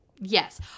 yes